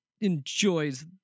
enjoys